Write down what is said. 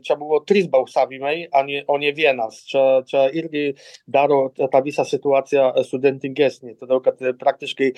čia buvo trys balsavimai a o ne vienas čia čia irgi daro tą visą situaciją sudėtingesnę todėl kad praktiškai